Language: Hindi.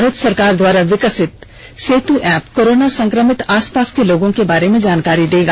भारत सरकार द्वारा विकसित यह ऐप्प कोरोना संक्रमित आस पास के लोगों के बारे में जानकारी देगा